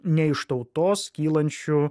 ne iš tautos kylančių